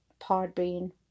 Podbean